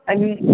I mean